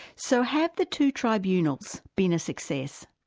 so have the two tribunals been a success?